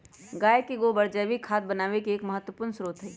गाय के गोबर जैविक खाद बनावे के एक महत्वपूर्ण स्रोत हई